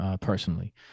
personally